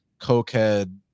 cokehead